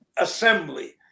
assembly